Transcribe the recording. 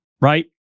Right